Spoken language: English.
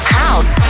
house